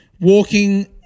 walking